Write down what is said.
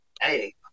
Hey